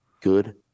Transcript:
Good